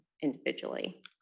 individually